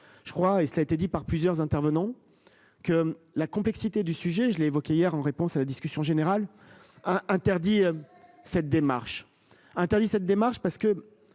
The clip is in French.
je crois et ça a été dit par plusieurs intervenants que la complexité du sujet, je l'évoquais hier en réponse à la discussion générale a interdit cette démarche interdit cette démarche parce que